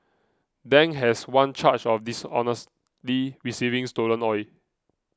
Dang has one charge of dishonestly receiving stolen oil